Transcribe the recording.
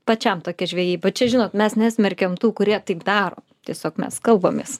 pačiam tokia žvejyba čia žinot mes nesmerkiam tų kurie taip daro tiesiog mes kalbamės